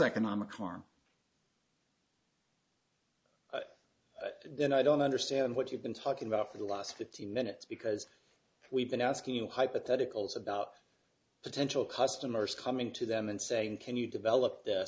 economic harm then i don't understand what you've been talking about for the last fifteen minutes because we've been asking you hypotheticals about potential customers coming to them and saying can you develop